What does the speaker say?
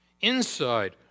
inside